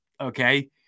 Okay